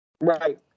Right